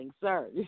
sir